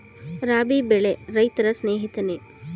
ರಾಬಿ ಬೆಳೆ ರೈತರ ಸ್ನೇಹಿತನೇ?